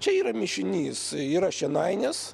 čia yra mišinys yra šienainis